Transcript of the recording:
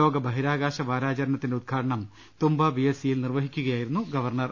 ലോകബഹിരാകാശ വാരാചരണത്തിന്റെ ഉദ്ഘാടനം തുമ്പ വിഎസ്എസ്സിയിൽ നിർവഹിക്കുകയാ ്യീരുന്നു ഗവർണർ